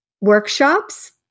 workshops